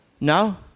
No